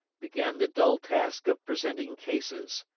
began the dull task of presenting cases.